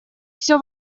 все